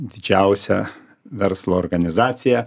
didžiausia verslo organizacija